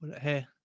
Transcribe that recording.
hey